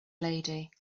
lady